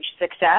success